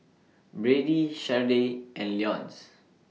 Brady Sharday and Leonce